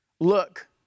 look